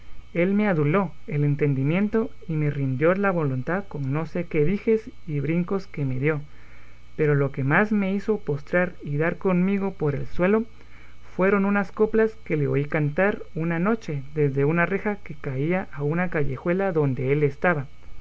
él me aduló el entendimiento y me rindió la voluntad con no sé qué dijes y brincos que me dio pero lo que más me hizo postrar y dar conmigo por el suelo fueron unas coplas que le oí cantar una noche desde una reja que caía a una callejuela donde él estaba